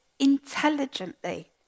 intelligently